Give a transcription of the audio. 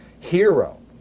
hero